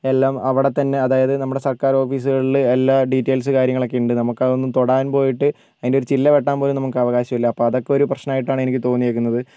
എല്ലാം അവിടെത്തന്നെ അതായത് നമ്മുടെ സർക്കാർ ഓഫീസുകളിൽ എല്ലാ ഡീറ്റൈൽസ് കാര്യങ്ങളൊക്കെയുണ്ട് നമുക്ക് അതൊന്നു തൊടാൻ പോയിട്ട് അതിന്റെ ചില്ല വെട്ടാൻ പോലും നമുക്ക് അവകാശം ഇല്ല അപ്പോൾ അതൊക്കെ ഒരു പ്രശ്നമായിട്ടാണ് എനിക്ക് തോന്നിയിരിക്കുന്നത്